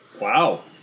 Wow